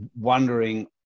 wondering